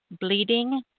bleeding